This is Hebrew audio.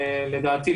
לדעתי,